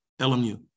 LMU